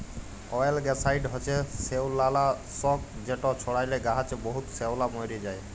অয়েলগ্যাসাইড হছে শেওলালাসক যেট ছড়াইলে গাহাচে বহুত শেওলা মইরে যায়